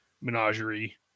menagerie